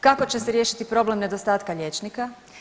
Kako će se riješiti problem nedostatka liječnika.